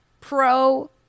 pro